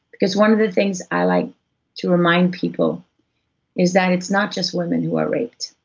because one of the things i like to remind people is that it's not just women who are raped,